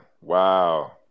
Wow